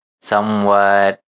somewhat